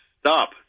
Stop